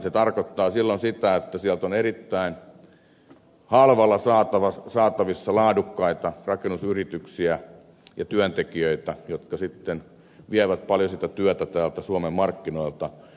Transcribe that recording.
se tarkoittaa silloin sitä että sieltä on erittäin halvalla saatavissa laadukkaita rakennusyrityksiä ja työntekijöitä jotka sitten vievät paljon työtä suomen markkinoilta